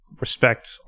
respect